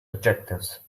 adjectives